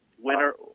Winner